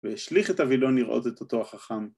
‫וישליך את הוילון לראות את אותו החכם.